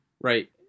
right